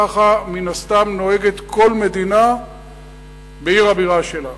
כך, מן הסתם, נוהגת כל מדינה בעיר הבירה שלה.